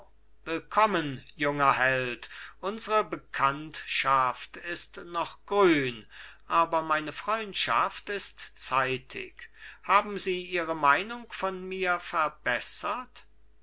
willkommen junger held unsre bekanntschaft ist noch grün aber meine freundschaft ist zeitig haben sie ihre meinung von mir verbessert